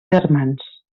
germans